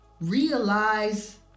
realize